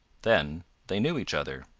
then they knew each other.